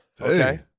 Okay